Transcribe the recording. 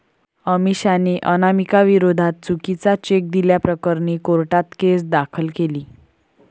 अमिषाने अनामिकाविरोधात चुकीचा चेक दिल्याप्रकरणी कोर्टात केस दाखल केली